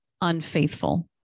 unfaithful